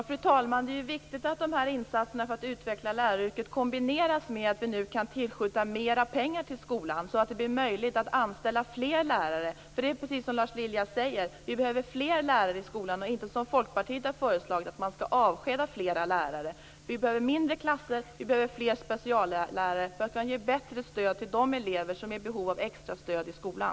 Fru talman! Det är viktigt att de här insatserna för att utveckla läraryrket kombineras med att vi nu kan tillskjuta mer pengar till skolan, så att det blir möjligt att anställa fler lärare. Det är precis som Lars Lilja säger, vi behöver fler lärare i skolan, inte som Folkpartiet har föreslagit, att man skall avskeda fler lärare. Vi behöver mindre klasser och fler speciallärare för att kunna ge bättre stöd till de elever som är i behov av extra stöd i skolan.